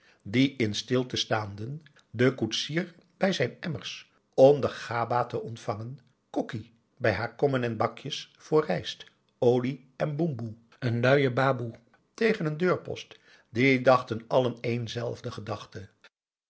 die in stilte staanden de koetsier bij zijn emmers om de gabah te ontvangen kokki bij haar kommen en bakjes voor rijst olie en boemboe een luie baboe tegen een deurpost die dachten allen éénzelfde gedachte